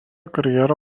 karjerą